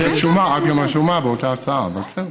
את רשומה גם באותה הצעה, אבל בסדר,